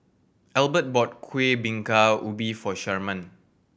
Elbert bought Kueh Bingka Ubi for Sharman